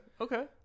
okay